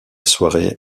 soirée